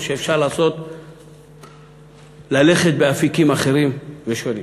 או שאפשר ללכת באפיקים אחרים ושונים?